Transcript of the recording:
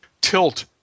tilt